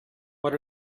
what